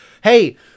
hey